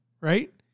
right